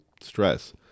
stress